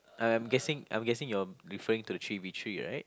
I'm guessing I'm guessing you are referring to the three with three right